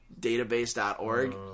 Database.org